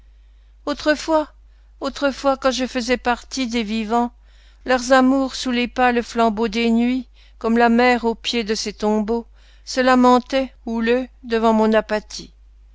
autrefois autrefois quand je faisais partie des vivants leurs amours sous les pâles flambeaux des nuits comme la mer au pied de ces tombeaux se lamentaient houleux devant mon apathie